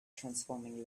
transforming